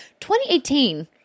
2018